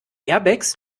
airbags